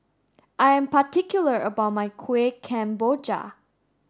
I am particular about my Kueh Kemboja